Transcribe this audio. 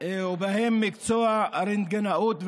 באמת מעריך מאוד,